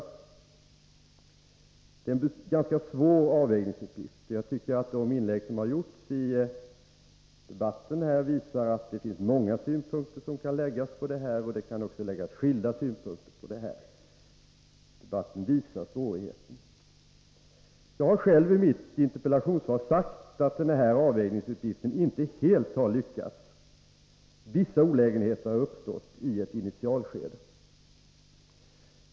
Det är som sagt en ganska svår avvägningsuppgift. Jag tycker att de inlägg som har gjorts i debatten visar'att många skilda synpunkter kan anläggas på frågan. Debatten visar svårigheten. Jag har i mitt interpellationssvar sagt att den här avvägningsuppgiften inte helt har lyckats. Vissa olägenheter har uppstått i ett initialskede.